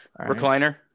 recliner